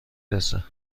رسه